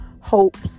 hopes